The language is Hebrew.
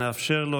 נאפשר לו,